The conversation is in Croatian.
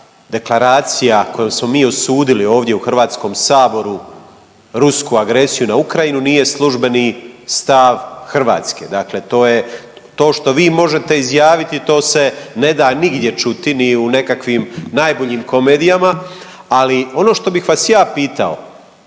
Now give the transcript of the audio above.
da deklaracija koju smo mi osudili ovdje u HS Rusku agresiju na Ukrajinu nije službeni stav Hrvatske, dakle to je, to što vi možete izjaviti to se ne da nigdje čuti, ni u nekakvim najboljim komedijama. Ali ono što bih vas ja pitao